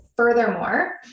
Furthermore